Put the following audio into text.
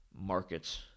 markets